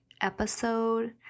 episode